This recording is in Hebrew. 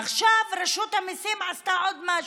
עכשיו רשות המיסים עשתה עוד משהו,